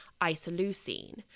isoleucine